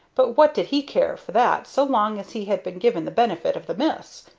but what did he care for that so long as he had been given the benefit of the miss?